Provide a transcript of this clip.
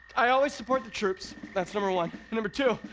i always support the troops. that's number one. number two.